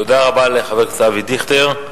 תודה רבה לחבר הכנסת אבי דיכטר.